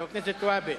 חבר הכנסת והבה,